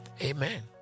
Amen